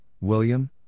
William